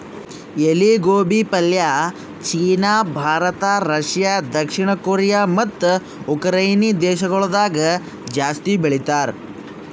ಎಲಿ ಗೋಬಿ ಪಲ್ಯ ಚೀನಾ, ಭಾರತ, ರಷ್ಯಾ, ದಕ್ಷಿಣ ಕೊರಿಯಾ ಮತ್ತ ಉಕರೈನೆ ದೇಶಗೊಳ್ದಾಗ್ ಜಾಸ್ತಿ ಬೆಳಿತಾರ್